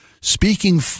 speaking